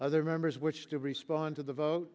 other members which to respond to the vote